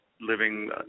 living